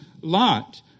Lot